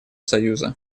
союза